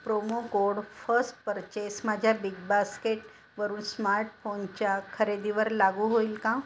promo code first purchase माझ्या BigBasket वरून स्मार्टफोनच्या खरेदीवर लागू होईल का